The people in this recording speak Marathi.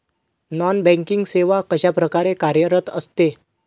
नॉन बँकिंग सेवा कशाप्रकारे कार्यरत असते?